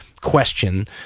question